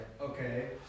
okay